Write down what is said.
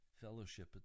fellowship